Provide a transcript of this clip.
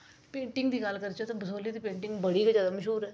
painting दी गल्ल करचै तां जम्मू दी पैंटिंग बड़ी गै जैदा मश्हूर ऐ